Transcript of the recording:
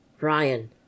Ryan